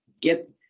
get